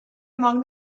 among